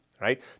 right